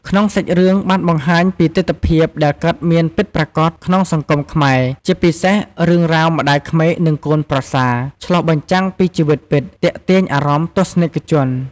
ក្នុងសាច់រឿងបានបង្ហាញពីទិដ្ឋភាពដែលកើតមានពិតប្រាកដក្នុងសង្គមខ្មែរ ជាពិសេសរឿងរ៉ាវម្តាយក្មេកនិងកូនប្រសារ ឆ្លុះបញ្ចាំងពីជីវិតពិត ទាក់ទាញអារម្មណ៍ទស្សនិកជន។